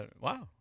wow